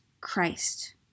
Christ